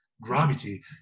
gravity